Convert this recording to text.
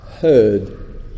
heard